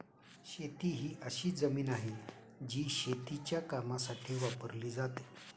शेती ही अशी जमीन आहे, जी शेतीच्या कामासाठी वापरली जाते